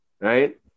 right